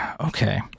okay